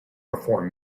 perform